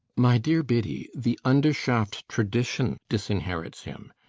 my dear biddy the undershaft tradition disinherits him.